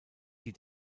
die